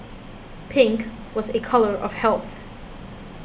pink was a colour of health